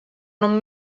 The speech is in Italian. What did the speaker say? non